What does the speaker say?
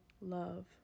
love